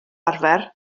arfer